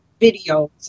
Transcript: videos